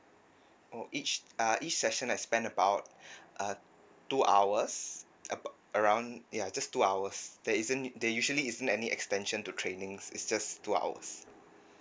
oh each uh each session I spend about uh two hours about around ya just two hours there isn't there usually isn't any extension to trainings is just two hours